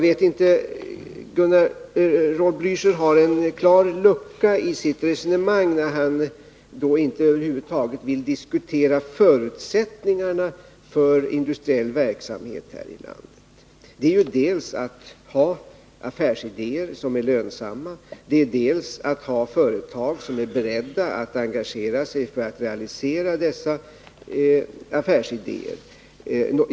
Raul Blächer har en klar lucka i sitt resonemang när han över huvud taget inte vill diskutera förutsättningarna för industriell verksamhet här i landet. Det gäller dels att ha affärsidéer som är lönsamma, dels att ha företag som är beredda att engagera sig för att realisera dessa idéer.